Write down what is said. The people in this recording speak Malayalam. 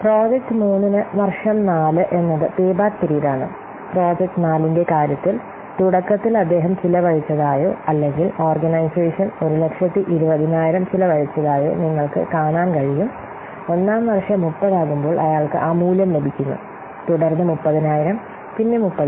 പ്രോജക്റ്റ് 3 നു വർഷം 4 എന്നത് പേ ബാക്ക് പീരീഡ് ആണ് പ്രോജക്റ്റ് 4 ന്റെ കാര്യത്തിൽ തുടക്കത്തിൽ അദ്ദേഹം ചെലവഴിച്ചതായോ അല്ലെങ്കിൽ ഓർഗനൈസേഷൻ 120000 ചെലവഴിച്ചതായോ നിങ്ങൾക്ക് കാണാൻ കഴിയും ഒന്നാം വർഷം 30 ആകുമ്പോൾ അയാൾക്ക് ആ മൂല്യം ലഭിക്കുന്നു തുടർന്ന് 30000 പിന്നെ 30000